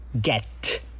get